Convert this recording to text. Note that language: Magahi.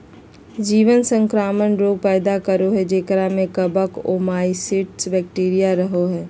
जीव संक्रामक रोग पैदा करो हइ जेकरा में कवक, ओमाइसीट्स, बैक्टीरिया रहो हइ